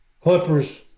Clippers